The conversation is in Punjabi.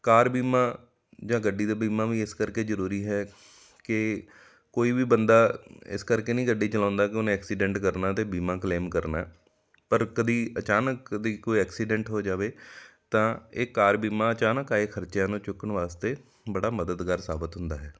ਕਾਰ ਬੀਮਾ ਜਾਂ ਗੱਡੀ ਦੇ ਬੀਮਾ ਵੀ ਇਸ ਕਰਕੇ ਜ਼ਰੂਰੀ ਹੈ ਕਿ ਕੋਈ ਵੀ ਬੰਦਾ ਇਸ ਕਰਕੇ ਨਹੀਂ ਗੱਡੀ ਚਲਾਉਂਦਾ ਕਿ ਉਹਨੇ ਐਕਸੀਡੈਂਟ ਕਰਨਾ ਅਤੇ ਬੀਮਾ ਕਲੇਮ ਕਰਨਾ ਪਰ ਕਦੇ ਅਚਾਨਕ ਕਦੇ ਕੋਈ ਐਕਸੀਡੈਂਟ ਹੋ ਜਾਵੇ ਤਾਂ ਇਹ ਕਾਰ ਬੀਮਾ ਅਚਾਨਕ ਆਏ ਖਰਚਿਆਂ ਨੂੰ ਚੁੱਕਣ ਵਾਸਤੇ ਬੜਾ ਮੱਦਦਗਾਰ ਸਾਬਿਤ ਹੁੰਦਾ ਹੈ